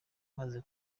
bamaze